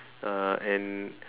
uh and